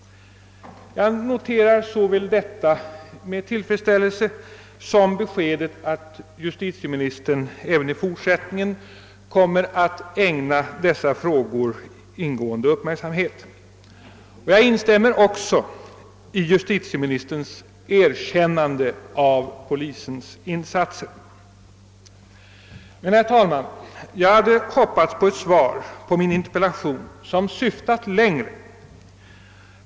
Jag noterar med tillfredsställelse såväl detta som beskedet att justitieministern även i fortsättningen kommer att ägna dessa frågor ingående uppmärksamhet. Jag instämmer också i justitieministerns erkännande av polisens insatser. Men, herr talman, jag hade hoppats på ett svar som syftade längre.